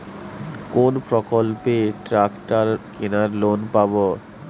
কোন প্রকল্পে ট্রাকটার কেনার লোন পাব?